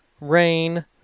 rain